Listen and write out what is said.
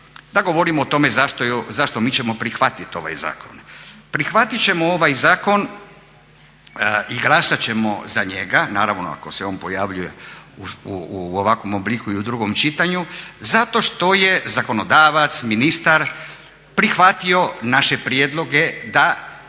da govorimo o tome zašto. Mi ćemo prihvatiti ovaj zakon, prihvatit ćemo ovaj zakon i glasat ćemo za njega naravno ako se on pojavljuje u ovakvom obliku i u drugom čitanju zato što je zakonodavac ministar prihvatio naše prijedloge da